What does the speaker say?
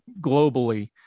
globally